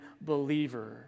believer